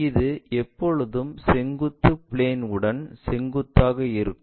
இது எப்போதும் செங்குத்து பிளேன்உடன் செங்குத்தாக இருக்கும்